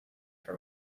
for